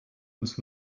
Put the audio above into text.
uns